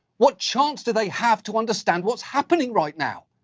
what chance do they have to understand what's happening right now?